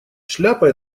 шляпа